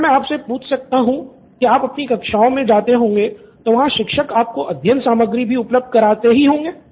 क्या मैं आपसे पूछ सकता हूँ कि आप अपनी कक्षाओं में जाते होंगे तो वहाँ शिक्षक आपको अध्ययन सामग्री भी उपलब्ध कराते ही होंगे